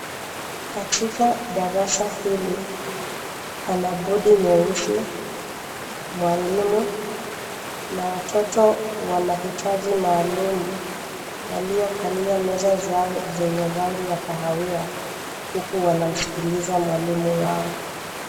Katika darasa hili, pana bodi nyeusi, mwalimu, na watoto wa mahitaji maalumu, waliokalia meza zao zenye rangi ya kahawia, huku wanamsikiliza mwalimu wao.